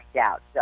out